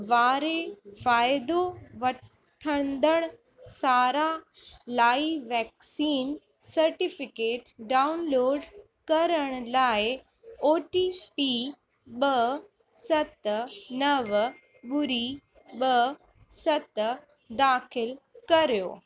वारे फ़ाइदो वठंदड़ु सारा लाइ वैक्सीन सर्टिफिकेट डाउनलोड करण लाइ ओ टी पी ॿ सत नव ॿुड़ी ॿ सत दाख़िल कयो